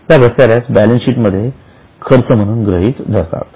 त्या घसाऱ्यास बॅलन्सशीट मध्ये खर्च म्हणून गृहीत धरतात